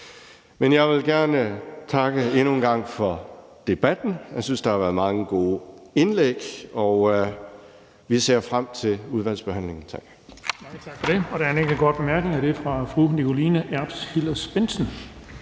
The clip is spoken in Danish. Men jeg vil gerne takke endnu en gang for debatten. Jeg synes, der har været mange gode indlæg. Vi ser frem til udvalgsbehandlingen. Tak.